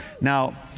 Now